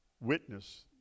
witness